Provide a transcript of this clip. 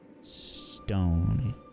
Stone